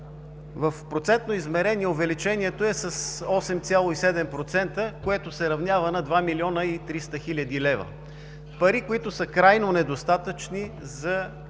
В процентно измерение увеличението е с 8,7%, което се равнява на 2 млн. 300 хил. лв. – пари, които са крайно недостатъчни за